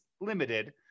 limited